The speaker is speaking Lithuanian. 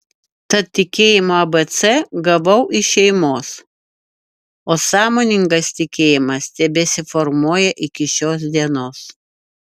tad tikėjimo abc gavau iš šeimos o sąmoningas tikėjimas tebesiformuoja iki šios dienos